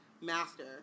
Master